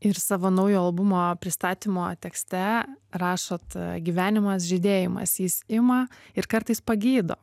ir savo naujo albumo pristatymo tekste rašot gyvenimas žydėjimas jis ima ir kartais pagydo